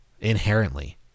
Inherently